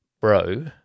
bro